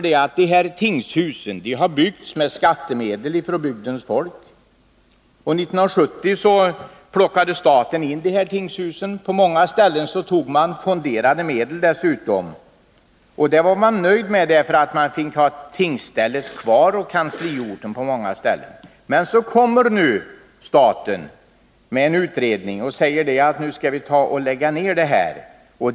Dessa tingshus har byggts med skattemedel från bygdens folk. 1970 plockade staten in de här tingshusen. På många ställen tog man dessutom fonderade medel. Det var befolkningen nöjd med, eftersom tingsstället och kansliet blev kvar på orten. Men så kommer nu staten med en utredning och säger att nu skall vi lägga ned dessa tingsställen.